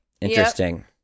interesting